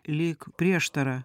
lyg prieštarą